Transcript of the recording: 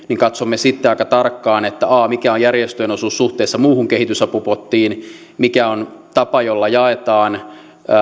katsomme aika tarkkaan mikä on järjestöjen osuus suhteessa muuhun kehitysapupottiin ja mikä on tapa jolla jaetaan